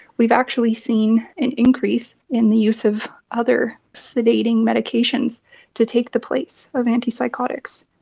we've actually seen an increase in the use of other sedating medications to take the place of antipsychotics.